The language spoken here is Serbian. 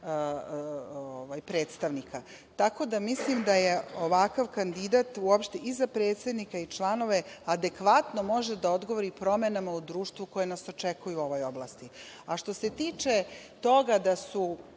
predstavnika. Tako da mislim da je ovakav kandidat uopšte i za predsednika i članove adekvatno može da odgovori promenama u društvu koje nas očekuje u ovoj oblasti. Što se tiče toga da su